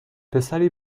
پسری